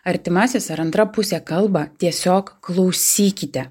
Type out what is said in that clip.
artimasis ar antra pusė kalba tiesiog klausykite